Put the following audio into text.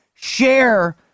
Share